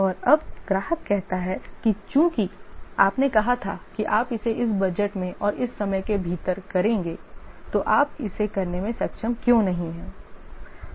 और अब ग्राहक कहता है कि चूंकि आपने कहा था कि आप इसे इस बजट में और इस समय के भीतर करेंगे तो आप इसे करने में सक्षम क्यों नहीं हैं